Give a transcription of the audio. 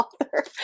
author